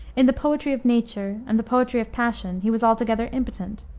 in the poetry of nature, and the poetry of passion, he was altogether impotent.